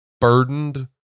burdened